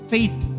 Faith